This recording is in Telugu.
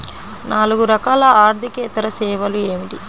నాలుగు రకాల ఆర్థికేతర సేవలు ఏమిటీ?